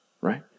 right